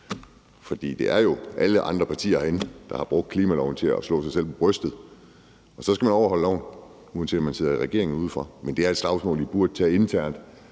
for det er jo alle andre partier herinde, der har brugt klimaloven til at slå sig selv på brystet med, og så skal man overholde loven, uanset om man sidder i regeringen eller uden for, men det er et slagsmål, I burde tage internt,